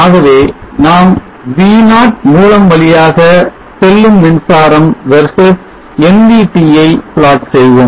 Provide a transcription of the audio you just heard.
ஆகவே நாம் V0 மூலம் வழியாக செல்லும் மின்சாரம் versus nvt ஐ plot செய்வோம்